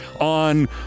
on